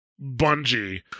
Bungie